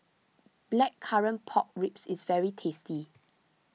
Blackcurrant Pork Ribs is very tasty